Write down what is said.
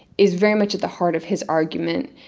is very much at the heart of his argument,